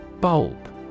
Bulb